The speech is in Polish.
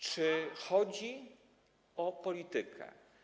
Czy chodzi o politykę?